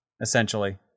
Essentially